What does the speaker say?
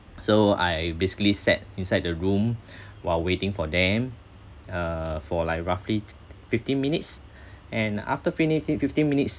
so I basically sat inside the room while waiting for them uh for like roughly f~ f~ fifty minutes and after fini~ fifty minutes